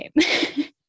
Okay